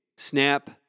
Snap